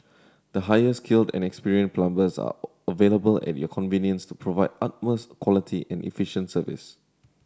the highly skilled and experience plumbers are available at your convenience to provide utmost quality and efficient service